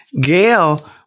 Gail